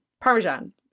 Parmesan